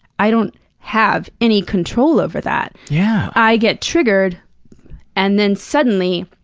i don't have any control over that. yeah. i get triggered and then suddenly,